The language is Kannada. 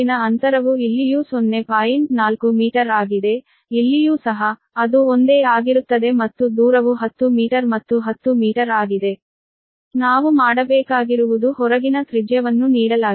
4 ಮೀಟರ್ ಆಗಿದೆ ಇಲ್ಲಿಯೂ ಸಹ ಅದು ಒಂದೇ ಆಗಿರುತ್ತದೆ ಮತ್ತು ದೂರವು 10 ಮೀಟರ್ ಮತ್ತು 10 ಮೀಟರ್ ಆಗಿದೆ ಆದ್ದರಿಂದ ನಾವು ಮಾಡಬೇಕಾಗಿರುವುದು ಹೊರಗಿನ ತ್ರಿಜ್ಯವನ್ನು ನೀಡಲಾಗಿದೆ